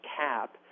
cap